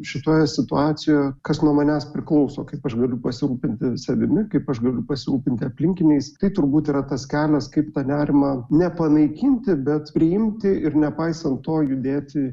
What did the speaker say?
šitoje situacijoje kas nuo manęs priklauso kaip aš galiu pasirūpinti savimi kaip aš galiu pasirūpinti aplinkiniais tai turbūt yra tas kelias kaip tą nerimą nepanaikinti bet priimti ir nepaisant to judėti